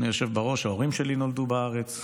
אדוני היושב בראש, ההורים שלי נולדו בארץ,